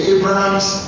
Abraham's